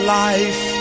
life